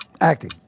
Acting